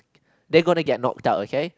they gonna get knocked out okay